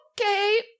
Okay